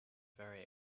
very